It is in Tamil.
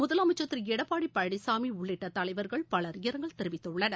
முதலமைச்சர் திரு எடப்பாடி பழனிசாமி உள்ளிட்ட தலைவர்கள் பலர் இரங்கல் தெரிவித்துள்ளனர்